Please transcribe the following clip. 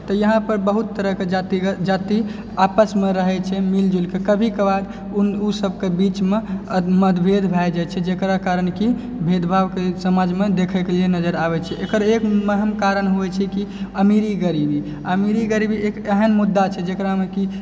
तऽ ई यहाँपर बहुत तरहकेँ जाति आपसमे रहै छै मिलजुलिके कभी कभार उ सबके बीचमे मतभेद भए जाइ छै जकरा कारण कि भेदभावके समाजमे देखैके लिए नजरि आबै छै एकर एक मेन कारण होइ छै कि अमीरी गरीबी अमीरी गरीबी एक एहन मुद्दा छै जेकरामे कि